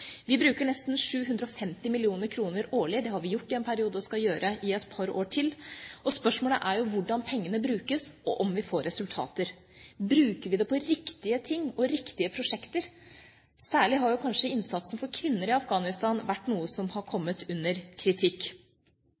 Vi bruker nesten 750 mill. kr årlig. Det har vi gjort i en periode, og det skal vi gjøre et par år til. Spørsmålet er hvordan pengene brukes, og om vi får resultater. Bruker vi dem på riktige ting og riktige prosjekter? Særlig har kanskje innsatsen for kvinner i Afghanistan vært noe som har kommet under kritikk.